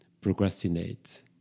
procrastinate